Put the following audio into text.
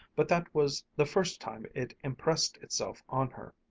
but that was the first time it impressed itself on her,